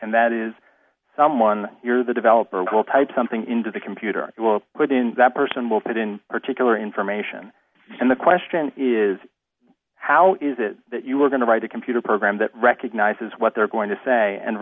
and that is someone here the developer will type something into the computer it will put in that person will fit in particular information and the question is how is it that you're going to write a computer program that recognizes what they're going to say and